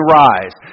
rise